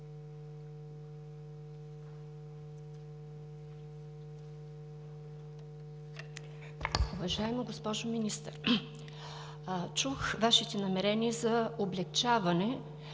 Уважаема госпожо Министър, чух Вашите намерения за облекчаване,